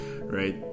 right